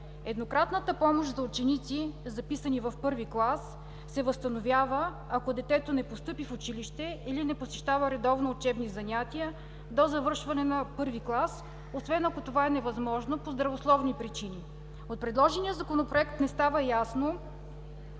Еднократната помощ за ученици, записани в първи клас, се възстановява, ако детето не постъпи в училище или не посещава редовно учебни занятия до завършване на първи клас, освен ако това е невъзможно по здравословни причини. От предложения Законопроект не става ясно